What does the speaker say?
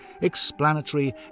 explanatory